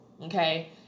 okay